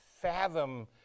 fathom